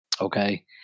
Okay